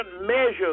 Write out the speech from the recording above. measures